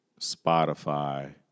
Spotify